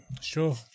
sure